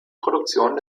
produktion